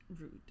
rude